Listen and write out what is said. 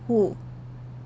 who